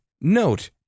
Note